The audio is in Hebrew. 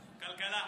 הכלכלה.